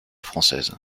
française